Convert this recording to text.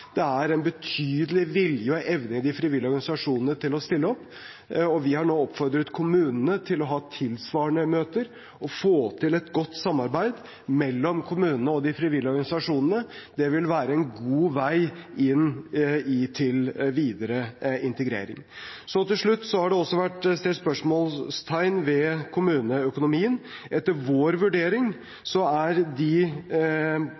Det er en betydelig vilje og evne i de frivillige organisasjonene til å stille opp, og vi har nå oppfordret kommunene til å ha tilsvarende møter og få til et godt samarbeid mellom kommunene og de frivillige organisasjonene. Det ville være en god vei inn til videre integrering. Så til slutt: Det har også vært stilt spørsmål ved kommuneøkonomien. Etter vår vurdering er de